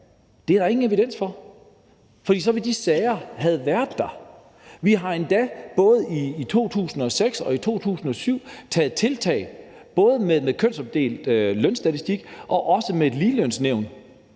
have, er der ingen evidens for, for så ville de sager have været der. Vi har endda både i 2006 og i 2007 taget tiltag både med kønsopdelt lønstatistik og også med et ligelønsnævn,